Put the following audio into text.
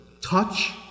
touch